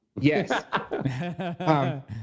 Yes